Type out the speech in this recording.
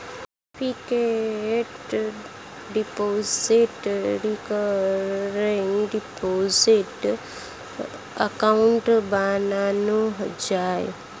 fixed deposit, recurring deposit account বানানো যায়